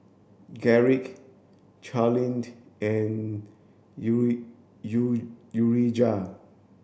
Garrick Charleen and U U Urijah